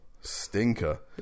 stinker